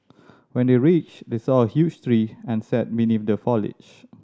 when they reached they saw a huge tree and sat beneath the foliage